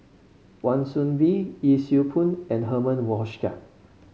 Wan Soon Bee Yee Siew Pun and Herman Hochstadt